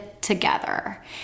together